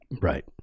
right